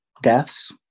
deaths